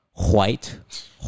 white